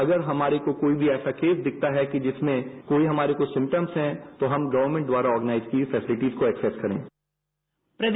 अगर हमारे को कोई भी ऐसा केस दिखता है कि जिसमें कोई हमारे को सिम्टम्स हैं तो हम गर्वमेंट द्वारा ओरगनाइज की फेसिलिटिज को एक्सेज करेंगे